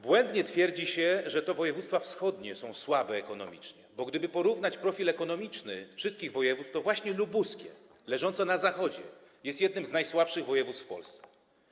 Błędnie twierdzi się, że to województwa wschodnie są słabe ekonomicznie, bo gdyby porównać profil ekonomiczny wszystkich województw, to właśnie województwo lubuskie, leżące na zachodzie, jest jednym z najsłabszych województw w Polsce.